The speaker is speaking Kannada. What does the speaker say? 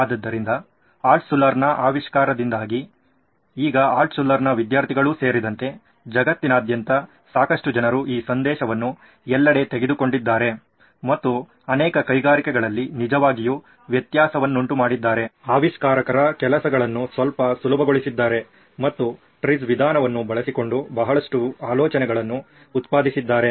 ಆದ್ದರಿಂದ ಆಲ್ಟ್ಶುಲ್ಲರ್ನ ಅವಿಸ್ಕಾರದಿಂದಗಿ ಈಗ ಆಲ್ಟ್ಶುಲ್ಲರ್ನ ವಿದ್ಯಾರ್ಥಿಗಳು ಸೇರಿದಂತೆ ಜಗತ್ತಿನಾದ್ಯಂತ ಸಾಕಷ್ಟು ಜನರು ಈ ಸಂದೇಶವನ್ನು ಎಲ್ಲೆಡೆ ತೆಗೆದುಕೊಂಡಿದ್ದಾರೆ ಮತ್ತು ಅನೇಕ ಕೈಗಾರಿಕೆಗಳಲ್ಲಿ ನಿಜವಾಗಿಯೂ ವ್ಯತ್ಯಾಸವನ್ನುಂಟುಮಾಡಿದ್ದಾರೆ ಆವಿಷ್ಕಾರಕರ ಕೆಲಸಗಳನ್ನು ಸ್ವಲ್ಪ ಸುಲಭಗೊಳಿಸಿದ್ದಾರೆ ಮತ್ತು TRIZ ವಿಧಾನವನ್ನು ಬಳಸಿಕೊಂಡು ಬಹಳಷ್ಟು ಆಲೋಚನೆಗಳನ್ನು ಉತ್ಪಾದಿಸಿದ್ದಾರೆ